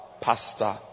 pastor